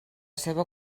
seva